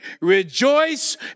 rejoice